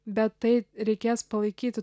bet tai reikės palaikyti